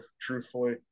truthfully